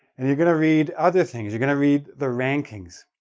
and you're going to read other things. you're going to read the rankings,